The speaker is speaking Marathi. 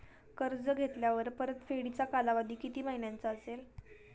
कर्ज घेतल्यावर परतफेडीचा कालावधी किती महिन्यांचा असेल?